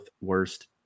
worst